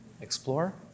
explore